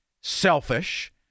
selfish